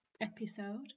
episode